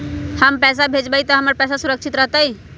हम पैसा भेजबई तो हमर पैसा सुरक्षित रहतई?